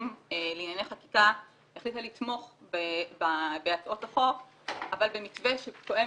לענייני חקיקה החליטה לתמוך בהצעות החוק אבל במתווה שתואם